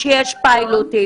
-- שיש פיילוט.